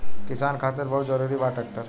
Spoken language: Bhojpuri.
किसान खातिर बहुत जरूरी बा ट्रैक्टर